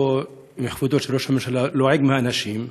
או שכבוד ראש הממשלה לועג לאנשים,